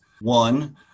One